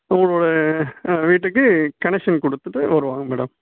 உங்களோட வீட்டுக்கு கனெக்ஷன் குடுத்துட்டு வருவாங்க மேடம்